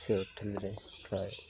ସେ ହୋଟେଲରେ ପ୍ରାୟ